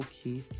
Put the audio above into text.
okay